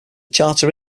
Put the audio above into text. charter